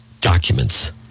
documents